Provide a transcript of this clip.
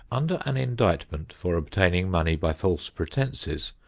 under an indictment for obtaining money by false pretenses,